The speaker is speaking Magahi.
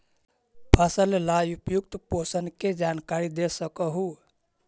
फसल ला उपयुक्त पोषण के जानकारी दे सक हु?